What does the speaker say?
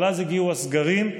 אבל אז הגיעו הסגרים.